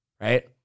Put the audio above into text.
right